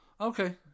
Okay